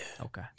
Okay